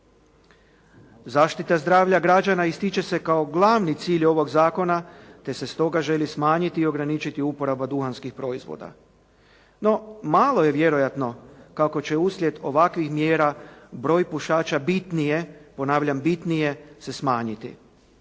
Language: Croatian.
Zaštita zdravlja građana ističe se kao glavni cilj ovog zakona, te se stoga želi smanjiti ograničiti uporaba duhanskih proizvoda. No, malo je vjerojatno kako će uslijed ovakvih mjera broj pušača bitnije, ponavljam bitnije se smanjiti.